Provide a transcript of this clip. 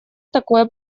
такое